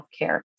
healthcare